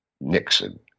Nixon